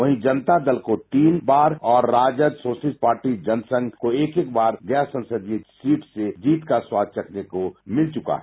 वहीं जनता दल को तीन बार और राजद सोशलिस्ट पार्टी जनसंघ को एक एक बार गया संसदीय सीट से जीत का स्वाद चखने को मिल चुका है